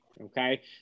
okay